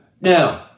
Now